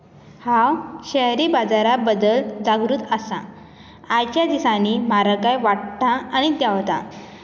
हांव शहरी बाजारा बद्दल जागृत आसा आयचे दिसांनी म्हारगाय वाडटा आनी देंवता